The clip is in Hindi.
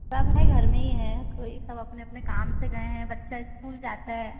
घर में ही है कोई सब अपने अपने काम से गए हैं बच्चा स्कूल जाता है